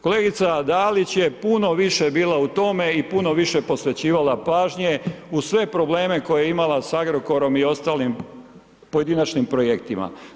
Kolegica Dalić je puno više bila u tome i puno više posvećivala pažnje uz sve probleme koje je imala sa Agrokorom i ostalim pojedinačnim projektima.